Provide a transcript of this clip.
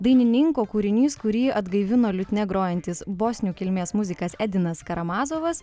dainininko kūrinys kurį atgaivino liutnia grojantis bosnių kilmės muzikas edenas karamazovas